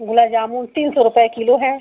गुलाब जामुन तीन सौ रुपये किलो है